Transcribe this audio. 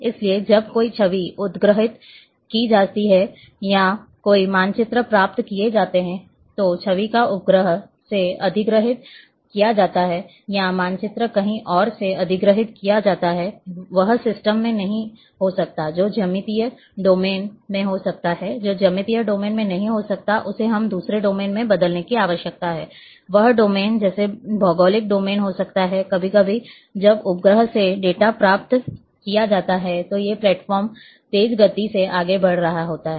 इसलिए जब कोई छवि अधिग्रहित की जाती है या कोई मानचित्र प्राप्त किया जाता है तो छवि को उपग्रह से अधिग्रहीत किया जाता है या मानचित्र कहीं और से अधिग्रहीत किया जाता है वह सिस्टम में नहीं हो सकता है जो ज्यामितीय डोमेन में हो सकता है और जो ज्यामितीय डोमेन में नहीं हो सकता है उसे हमें दूसरे डोमेन में बदलने की आवश्यकता है वह डोमेन जैसे भौगोलिक डोमेन हो सकता है कभी कभी जब उपग्रह से डेटा प्राप्त किया जाता है तो ये प्लेटफ़ॉर्म तेज़ गति से आगे बढ़ रहा होता है